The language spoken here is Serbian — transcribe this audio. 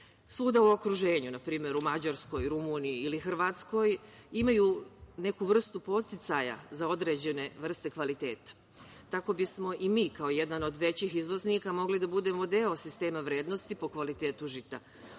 Svuda u okruženju, npr. u Mađarskoj, Rumuniji ili Hrvatskoj imaju neku vrstu podsticaja za određene vrste kvaliteta, tako bismo i mi kao jedan od većih izvoznika mogli da budemo deo sistema vrednosti po kvalitetu žita.